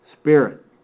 Spirit